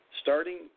Starting